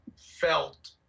felt